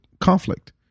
conflict